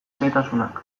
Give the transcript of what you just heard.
xehetasunak